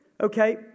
Okay